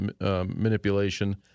manipulation